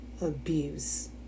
abuse